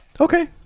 Okay